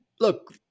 Look